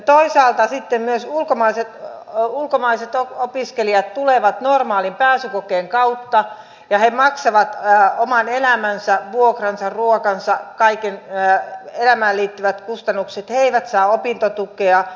toisaalta myös ulkomaiset opiskelijat tulevat normaalin pääsykokeen kautta ja he maksavat oman elämänsä vuokransa ruokansa kaikki elämään liittyvät kustannukset ja he eivät saa opintotukea